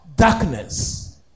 Darkness